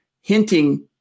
hinting